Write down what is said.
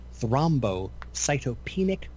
thrombocytopenic